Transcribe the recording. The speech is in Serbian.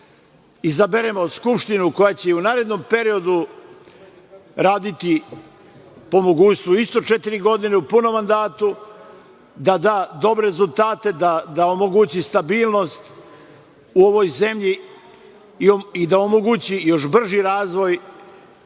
izaberemo Skupštinu koja će i u narednom periodu raditi, po mogućstvu isto četiri godine u punom mandatu, da dobre rezultate, da omogući stabilnost u ovoj zemlji i da omogući još brži razvoj